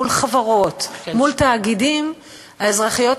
מדובר בתיקונים לחוק תובענות